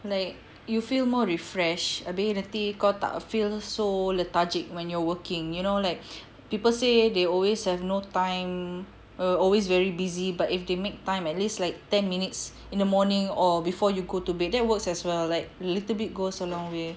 like you feel more refreshed abeh nanti kau tak feel so lethargic when you're working you know like people say they always have no time err always very busy but if they make time at least like ten minutes in the morning or before you go to bed that works as well like little bit goes a long way